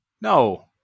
No